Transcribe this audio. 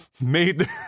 made